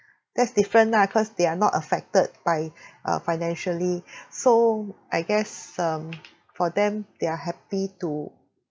that's different lah cause they are not affected by uh financially so I guess um for them they're happy to